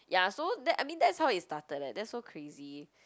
ya so that I mean that's how it started eh that's so crazy